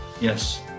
Yes